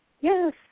Yes